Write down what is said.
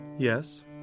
Yes